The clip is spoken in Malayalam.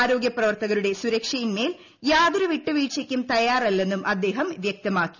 ആരോഗ്യ പ്രവർത്തകരുടെ സുരക്ഷയിന്മേൽ യാതൊരു വിട്ടുവീഴ്ചയ്ക്കും തയ്യാറല്ലെന്നും അദ്ദേഹം വ്യക്തമാക്കി